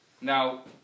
Now